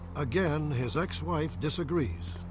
again, his ex-wife disagrees.